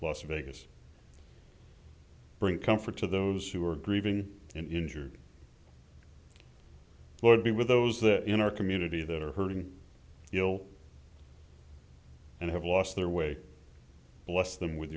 las vegas bring comfort to those who are grieving and injured lord be with those that are in our community that are hurting you know and have lost their way bless them with